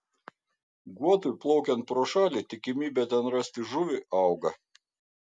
guotui plaukiant pro šalį tikimybė ten rasti žuvį auga